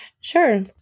Sure